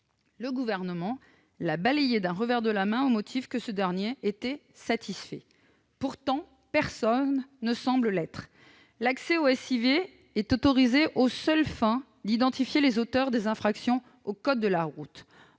Le Gouvernement l'a balayé d'un revers de main au motif que cet amendement était « satisfait ». Satisfait, pourtant, personne ne semble l'être ! L'accès au SIV est autorisé aux seules fins d'identifier les auteurs des infractions au code de la route